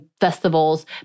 festivals